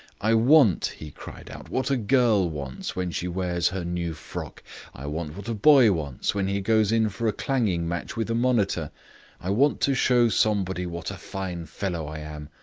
i want, he cried out, what a girl wants when she wears her new frock i want what a boy wants when he goes in for a clanging match with a monitor i want to show somebody what a fine fellow i am.